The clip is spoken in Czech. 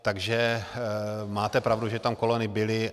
Takže máte pravdu, že tam kolony byly.